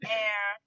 air